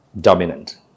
dominant